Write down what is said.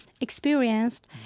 experienced